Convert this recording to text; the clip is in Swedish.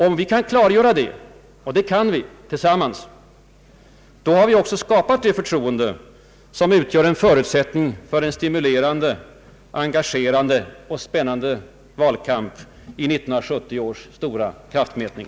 Om vi kan klargöra detta — och det kan vi, tillsammans — då har vi också skapat det förtroende som utgör en förutsättning för en stimulerande, engagerande och spännande valkamp i 1970 års stora kraftmätning.